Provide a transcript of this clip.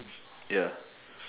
ya